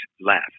laugh